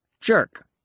jerk